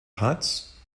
huts